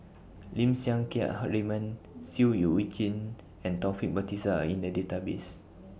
Lim Siang Keat Raymond Seah EU Chin and Taufik Batisah Are in The Database